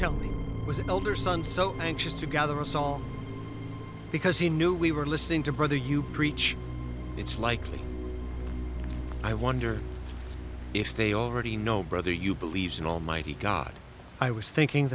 tell me was an elder son so anxious to gather us all because he knew we were listening to brother you preach it's likely i wonder if they already know brother you believed in almighty god i was thinking